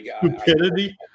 stupidity